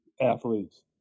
athletes